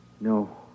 No